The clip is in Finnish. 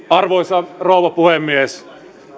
arvoisa rouva puhemies